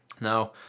Now